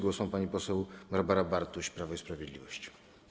Głos ma pani poseł Barbara Bartuś, Prawo i Sprawiedliwość.